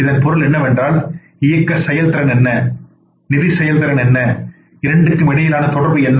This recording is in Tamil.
இதன் பொருள் என்னவென்றால் இயக்க செயல்திறன் என்ன நிதி செயல்திறன் என்ன இரண்டிற்கும் இடையிலான தொடர்பு என்ன